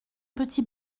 petit